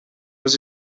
was